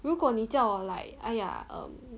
如果你叫我 like !aiya! um